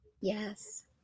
Yes